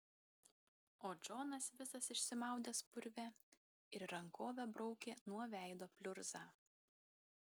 o džonas visas išsimaudęs purve ir rankove braukė nuo veido pliurzą